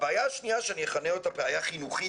הבעיה השנייה שאני אכנה אותה בעיה חינוכית,